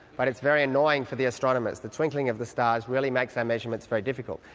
but it's very annoying for the astronomers. the twinkling of the stars really makes our measurements very difficult.